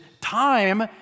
time